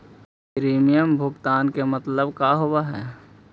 Premium भुगतान मतलब का होव हइ?